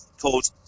called